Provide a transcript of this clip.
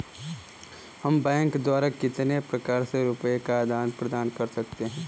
हम बैंक द्वारा कितने प्रकार से रुपये का आदान प्रदान कर सकते हैं?